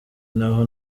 naho